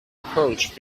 approach